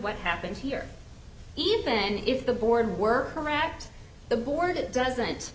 what happened here even if the board were correct the board doesn't